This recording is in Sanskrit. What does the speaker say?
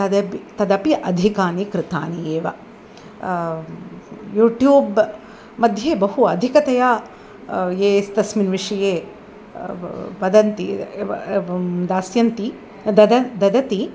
तदपि तदपि अधिकानि कृतानि एव युट्युब्मध्ये बहु अधिकतया ये तस्मिन्विषये ब् वदन्ति एवं दास्यन्ति ददति ददति